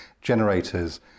generators